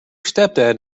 stepdad